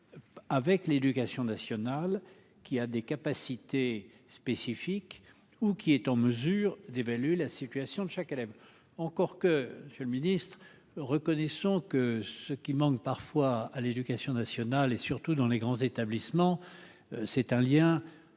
avec l'éducation nationale, qui a des capacités spécifiques ou qui est en mesure d'évaluer la situation de chaque élève, encore que Monsieur le Ministre, reconnaissons que ce qui manque parfois à l'éducation nationale et surtout dans les grands établissements, c'est un lien entre